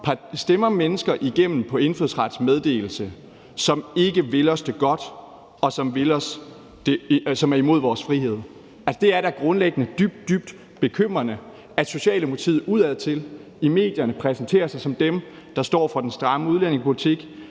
stemmer mennesker igennem på lov om indfødsrets meddelelse, som ikke vil os det godt, og som er imod vores frihed. Det er da grundlæggende dybt, dybt bekymrende, at Socialdemokratiet udadtil i medierne præsenterer sig som dem, der står for den stramme udlændingepolitik,